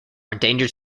endangered